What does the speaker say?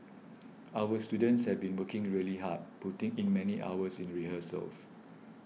our students have been working really hard putting in many hours in rehearsals